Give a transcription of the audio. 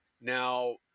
now